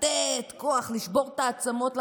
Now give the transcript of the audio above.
לתת כוח, לשבור את העצמות למחבלים,